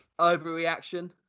Overreaction